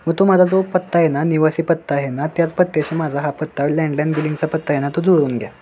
मग तो माझा जो पत्ता आहे ना निवासी पत्ता आहे ना त्याच पत्त्याची माझा हा पत्ता लँडलाईन बिलिंगचा पत्ता आहे ना तो जुळवून घ्या